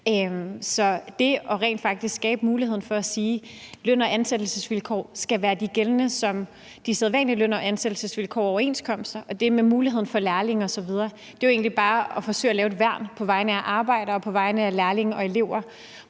faktisk at skabe muligheden for at sige, at løn- og ansættelsesvilkår skal være de gældende ligesom de sædvanlige løn- og ansættelsesvilkår og overenskomster, og at det er med muligheden for lærlinge osv., er jo egentlig bare at forsøge at lave et værn på vegne af arbejdere og på vegne af lærlinge og elever